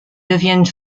deviennent